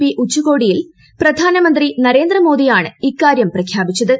P ഉച്ചകോടിയിൽ പ്രധാനമന്ത്രി നരേന്ദ്രമോദിയാണ് ഇക്കാര്യം പ്രഖ്യാപിച്ചത്